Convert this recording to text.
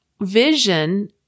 vision